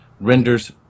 renders